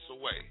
away